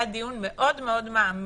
היה דיון מאוד מאוד מעמיק,